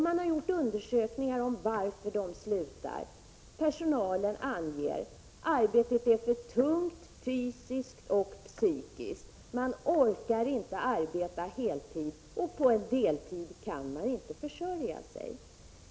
Man har också undersökt varför de slutar. Personalen anger att arbetet är för tungt, fysiskt och psykiskt. Man orkar inte arbeta heltid, och på en deltid kan man inte försörja sig.